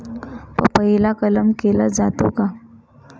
पपईला कलम केला जातो का?